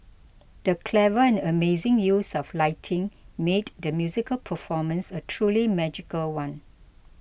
the clever and amazing use of lighting made the musical performance a truly magical one